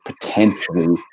potentially